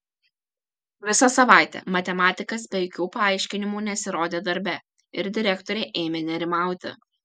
visą savaitę matematikas be jokių paaiškinimų nesirodė darbe ir direktorė ėmė nerimauti